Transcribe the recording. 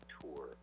tour